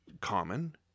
common